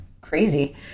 crazy